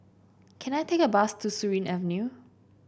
can I take a bus to Surin Avenue